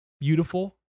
beautiful